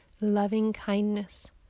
loving-kindness